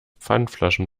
pfandflaschen